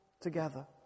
together